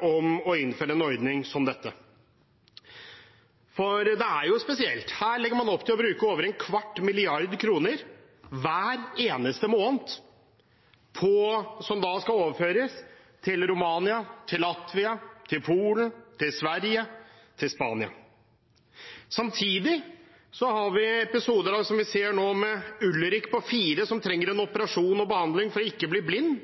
om å innføre en ordning som dette. Det er jo spesielt: Her legger man opp til å bruke over en kvart milliard kroner hver eneste måned, som skal overføres til Romania, til Latvia, til Polen, til Sverige, til Spania. Samtidig ser vi episoder med Ulrik på fire år som trenger en operasjon og behandling for ikke å bli blind.